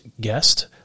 guest